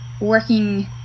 working